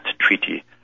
Treaty